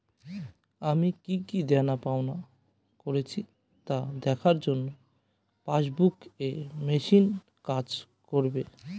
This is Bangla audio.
আমি কি কি দেনাপাওনা করেছি তা দেখার জন্য পাসবুক ই মেশিন কাজ করবে?